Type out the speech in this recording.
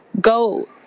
go